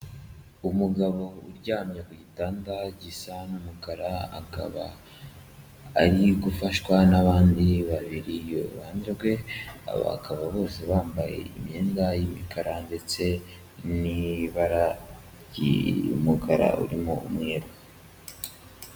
Umugabo uryamye ku gitanda gisa n'umukara akaba ari gufashwa n'abandi babiri iruhande rwe, aba bakaba bose bambaye imyenda y'imikara ndetse n'ibara ry'umukara urimo umweru.